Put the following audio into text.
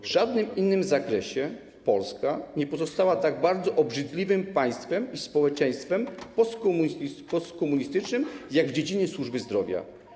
W żadnym innym zakresie Polska nie pozostała tak bardzo obrzydliwym państwem i społeczeństwem postkomunistycznym jak w dziedzinie służby zdrowia.